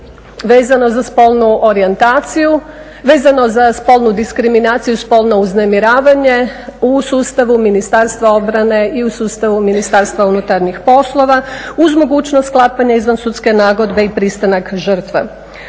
vezano za spolnu orijentaciju, vezano za spolnu diskriminaciju, spolno uznemiravanje u sustavu Ministarstva obrane i u sustavu Ministarstva unutarnjih poslova, uz mogućnost sklapanja izvansudske nagodbe i pristanak žrtve.